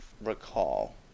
recall